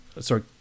sorry